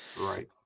Right